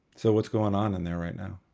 so what's goin' on in there right now?